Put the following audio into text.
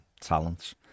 talents